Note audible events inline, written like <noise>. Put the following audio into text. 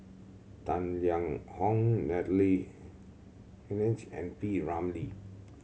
Tang Liang Hong Natalie <unintelligible> Hennedige and P Ramlee